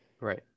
Right